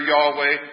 Yahweh